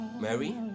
mary